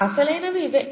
అసలైనవి ఇవే